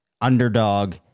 underdog